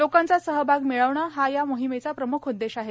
लोकांचा सहभाग मिळवणं हा या मोहिमेचा प्रम्ख उद्देश आहे